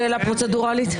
שאלה פרוצדורלית?